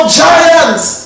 giants